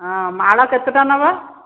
ହଁ ମାଳ କେତେଟା ନେବ